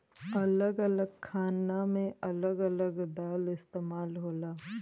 अलग अलग खाना मे अलग अलग दाल इस्तेमाल होला